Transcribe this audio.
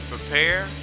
Prepare